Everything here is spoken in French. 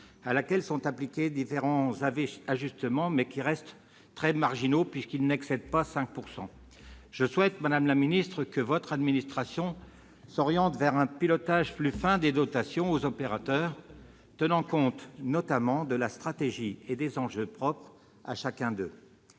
à laquelle sont appliqués différents ajustements, très marginaux puisqu'ils n'excèdent pas 5 %. Je souhaite, madame la ministre, que votre administration s'oriente vers un pilotage plus fin des dotations aux opérateurs, tenant compte, notamment, de la stratégie et des enjeux propres à chacun d'eux.